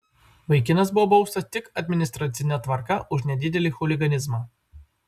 vaikinas buvo baustas tik administracine tvarka už nedidelį chuliganizmą